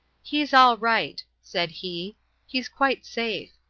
he's all right, said he he's quite safe.